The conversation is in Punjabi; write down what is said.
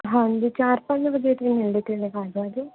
ਹਾਂਜੀ ਚਾਰ ਪੰਜ ਵਜੇ ਮਿਲਦੇ